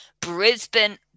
Brisbane